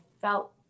felt